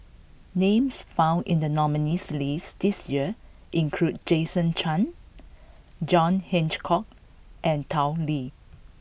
names found in the nominees' list this year include Jason Chan John Hitchcock and Tao Li